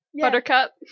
buttercup